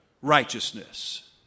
righteousness